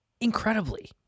Incredibly